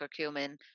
curcumin